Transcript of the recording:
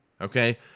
okay